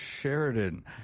Sheridan